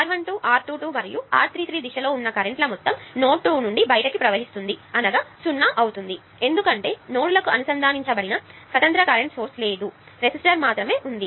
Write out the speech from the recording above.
కాబట్టి R12 R 2 2 మరియు R33 దిశలో ఉన్న కరెంట్ ల మొత్తం నోడ్ నుండి బయటికి ప్రవహిస్తుంది అనగా 0 అవుతుంది ఎందుకంటే ఈ నోడ్లకు అనుసంధానించబడిన స్వతంత్ర కరెంట్ సోర్స్ లేదు రెసిస్టర్ మాత్రమే ఉంది